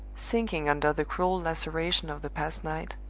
sinking under the cruel laceration of the past night,